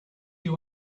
you